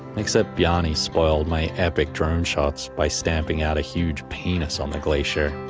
except bjarne spoiled my epic drone shots by stamping out a huge penis on the glacier.